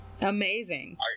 amazing